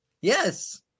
yes